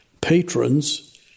patrons